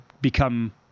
become